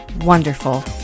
wonderful